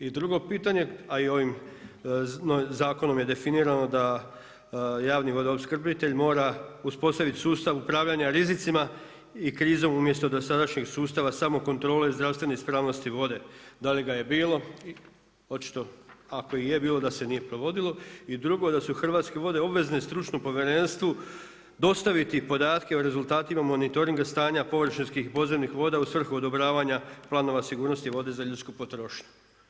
I drugo pitanje, a i ovim zakonom je definirano da javni vodoopskrbitelj mora uspostaviti sustav upravljanja rizicima i krize umjesto dosadašnjeg sustava samokontrole zdravstvene ispravnosti vode, da li ga je bilo, očito ako je i bilo, da se nije provodilo i drugo da su Hrvatske vode obvezne stručnom povjerenstvu dostaviti podatke o rezultatima monitoringa stanja površinskih i podzemnih voda u svrhu odobravanja planova sigurnosti vode za ljudsku potrošnju.